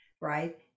right